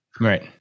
Right